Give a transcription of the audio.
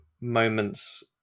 moments